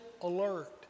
alert